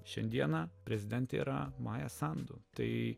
šiandieną prezidentė yra maja sandu tai